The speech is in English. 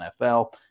NFL